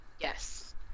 Yes